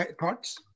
thoughts